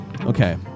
Okay